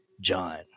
John